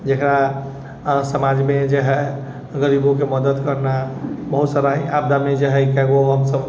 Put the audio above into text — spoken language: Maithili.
जकरा अहाँ समाजमे जे हइ गरीबोके मदद करना बहुत सारा ही आपदामे जे हइ कएक गो हमसब